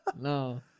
No